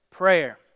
Prayer